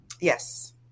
Yes